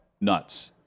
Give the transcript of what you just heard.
nuts